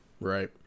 Right